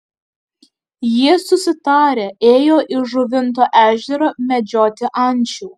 jie susitarę ėjo į žuvinto ežerą medžioti ančių